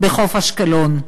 בחוף-אשקלון.